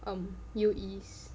um U_Es